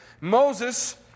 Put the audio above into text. Moses